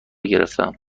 گرفتهام